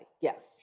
Yes